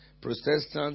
Protestants